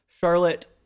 Charlotte